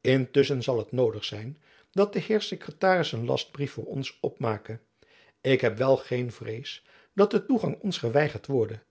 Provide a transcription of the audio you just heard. intusschen zal het noodig zijn dat de heer sekretaris een lastbrief voor ons opmake ik heb wel geen vrees dat de toegang ons geweigerd worde